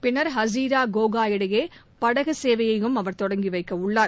பின்னர் ஹாசிரா கோஹா இடையே படகு சேவையையும் அவர் தொடங்கி வைக்க உள்ளார்